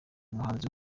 umuhanzi